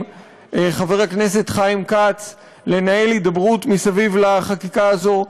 חבר הכנסת חיים כץ לנהל הידברות סביב החקיקה הזאת.